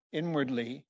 inwardly